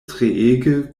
treege